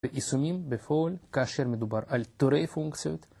ויישומים בפועל כאשר מדובר על תורי פונקציות